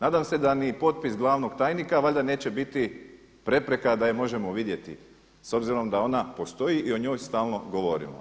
Nadam se da ni potpis glavnog tajnika valjda neće biti prepreka da je možemo vidjeti s obzirom da ona postoji i o njoj stalno govorimo.